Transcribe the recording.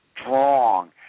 strong